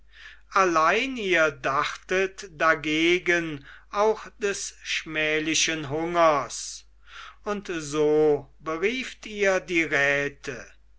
allein ihr dachtet dagegen auch des schmählichen hungers und so berieft ihr die räte